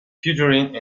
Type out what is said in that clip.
featuring